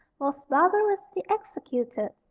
was barbarously executed.